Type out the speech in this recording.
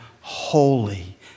holy